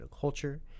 culture